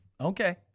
Okay